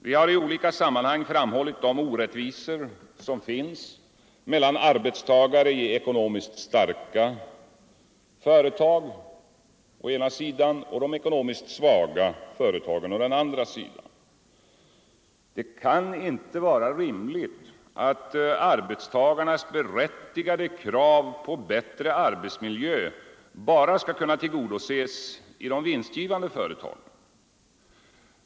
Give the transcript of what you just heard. Vi har i olika sammanhang framhållit de orättvisor som finns mellan arbetstagare å ena sidan i ekonomiskt starka företag och å andra sidan i ekonomiskt svaga företag. Det kan inte vara rimligt att arbetstagarnas berättigade krav på bättre arbetsmiljö bara skall kunna tillgodoses i de vinstgivande företagen.